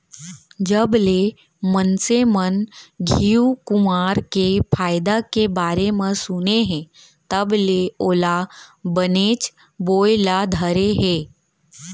जबले मनसे मन घींव कुंवार के फायदा के बारे म सुने हें तब ले ओला बनेच बोए ल धरे हें